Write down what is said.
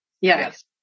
Yes